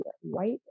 white